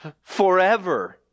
forever